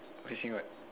facing what